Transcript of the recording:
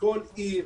מכל עיר.